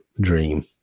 dream